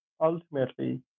ultimately